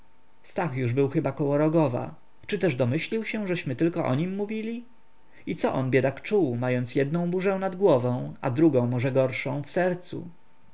był już chyba około rogowa czy też domyślił się żeśmy tylko o nim mówili i co on biedak czuł mając jednę burzę nad głową a drugą może gorszą w sercu